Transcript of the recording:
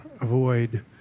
avoid